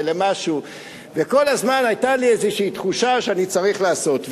כל הזמן היתה לי איזו תחושה שאני צריך לעשות.